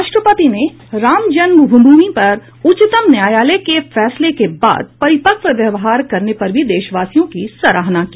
राष्ट्रपति ने राम जन्मभूमि पर उच्चतम न्यायालय के फैसले के बाद परिपक्व व्यवहार करने पर भी देशवासियों की सराहना की